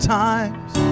times